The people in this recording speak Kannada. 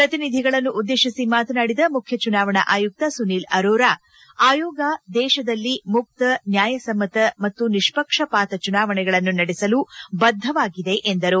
ಪ್ರತಿನಿಧಿಗಳನ್ನು ಉದ್ದೇತಿಸಿ ಮಾತನಾಡಿದ ಮುಖ್ಯ ಚುನಾವಣಾ ಆಯುಕ್ತ ಸುನಿಲ್ ಅರೋರಾ ಆಯೋಗ ದೇಶದಲ್ಲಿ ಮುಕ್ತ ನ್ವಾಯಸಮ್ಮತ ಮತ್ತು ನಿಸ್ಪಕ್ಷಪಾತ ಚುನಾವಣೆಗಳನ್ನು ನಡೆಸಲು ಬದ್ದವಾಗಿದೆ ಎಂದರು